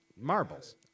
marbles